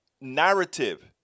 narrative